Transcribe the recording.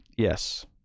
Yes